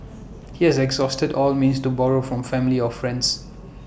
he has exhausted all means to borrow from family or friends